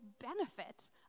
benefit